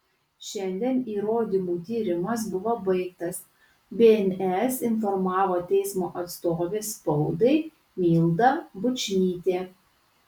šiandien įrodymų tyrimas buvo baigtas bns informavo teismo atstovė spaudai milda bučnytė